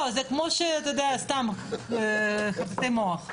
לא, זה כמו שאתה יודע, חיטוטי מוח.